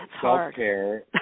self-care